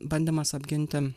bandymas apginti